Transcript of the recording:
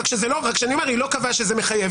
רק היא לא קבעה שהיא מחייבת,